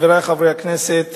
חברי חברי הכנסת,